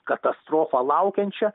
katastrofą laukiančią